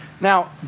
Now